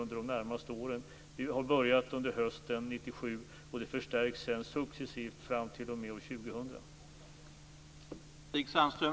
Vi har börjat med det under hösten 1997 och det förstärks successivt fram t.o.m. år 2000.